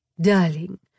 Darling